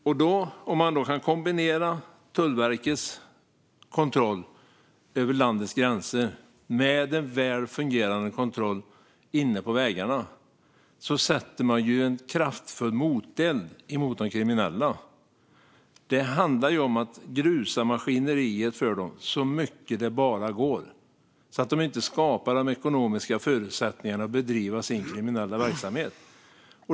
Kan man kombinera Tullverkets kontroll av landets gränser med en väl fungerande kontroll på vägarna sätter man in en kraftig moteld mot de kriminella. Det handlar om att skapa så mycket grus i deras maskineri som det bara går så att de inte kan skapa de ekonomiska förutsättningarna för att bedriva sin kriminella verksamhet.